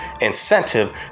incentive